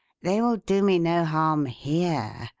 they will do me no harm here.